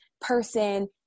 person